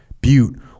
Butte